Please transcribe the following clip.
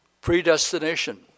Predestination